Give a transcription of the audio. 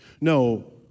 No